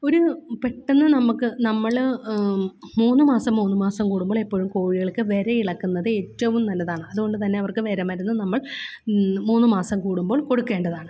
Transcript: ഒരു പെട്ടെന്ന് നമ്മള്ക്ക് നമ്മള് മൂന്ന് മാസം മൂന്ന് മാസം കൂടുമ്പോഴെപ്പോഴും കോഴികള്ക്ക് വിരയിളക്കുന്നത് ഏറ്റവും നല്ലതാണ് അതുകൊണ്ടുതന്നെ അവർക്ക് വിര മരുന്നു നമ്മൾ മൂന്ന് മാസം കൂടുമ്പോൾ കൊടുക്കേണ്ടതാണ്